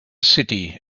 city